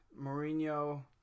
Mourinho